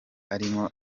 arimo